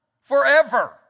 forever